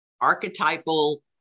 archetypal